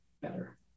better